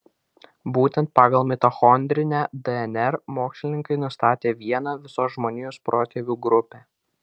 būtent pagal mitochondrinę dnr mokslininkai nustatė vieną visos žmonijos protėvių grupę